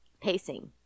Pacing